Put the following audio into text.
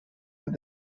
with